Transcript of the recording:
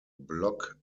block